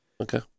Okay